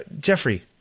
Jeffrey